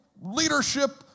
leadership